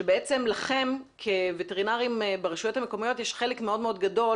שבעצם לכם כווטרינרים ברשויות המקומיות יש חלק מאוד גדול